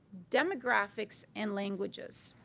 demographics and languages.